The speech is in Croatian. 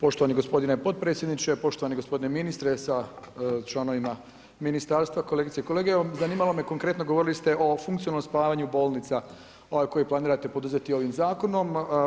Poštovani gospodine potpredsjedniče, poštovani gospodine ministre sa članovima ministarstva, kolegice i kolege evo zanimalo me konkretno govorili ste o funkcionalnom spajanju bolnica, koje planirate poduzeti ovim zakonom.